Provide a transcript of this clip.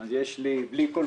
אז יש לי פינה